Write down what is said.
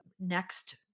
next